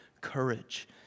courage